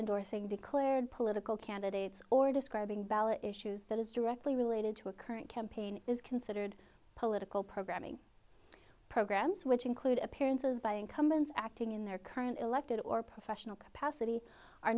endorsing declared political candidates or describing ballot issues that is directly related to a current campaign is considered political programming programs which include appearances by incumbents acting in their current elected or professional capacity